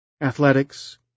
Athletics